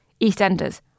EastEnders